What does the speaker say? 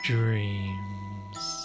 Dreams